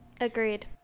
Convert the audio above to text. agreed